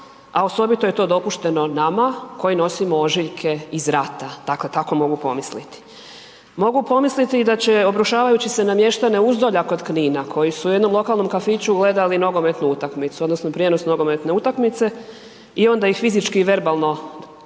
a osobito je to dopušteno nama koji nosimo ožiljke iz rata, dakle tako mogu pomisliti. Mogu pomisliti i da će obrušavajući se na mještane Uzdolja kod Knina koji su u jednom lokalnom kafiću gledali nogometnu utakmicu odnosno prijenos nogometne utakmice, onda ih fizički i verbalno napadajući